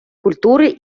культури